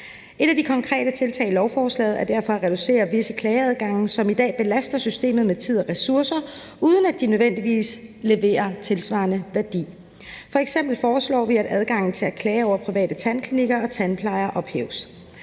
Et af de konkrete tiltag i lovforslaget er derfor at reducere visse klageadgange, som i dag belaster systemet med tid og ressourcer, uden at de nødvendigvis leverer tilsvarende værdi. F.eks. foreslår vi, at adgangen til at klage over private tandklinikker og tandplejere ophæves.